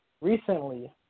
recently